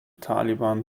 taliban